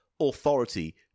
authority